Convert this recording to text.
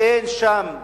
אין שם זכות,